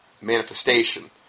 manifestation